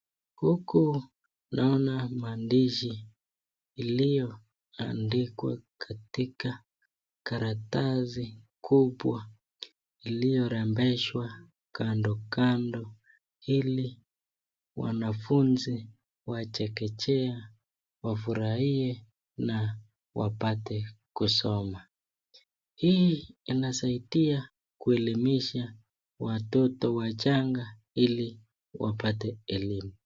Huku naona maandishi iliyoandikwa katika karatasi kubwa iliyorembeshwa kando kando ili wanafuzni wa chekecgea wafurahie na wapate kusoma, hii inasaidia kuelimisha watoto wachanga ili waoate elimu.